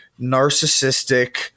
narcissistic